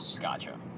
Gotcha